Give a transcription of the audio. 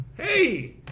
hey